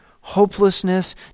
hopelessness